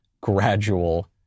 gradual